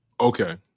okay